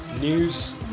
news